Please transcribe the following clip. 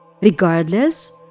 regardless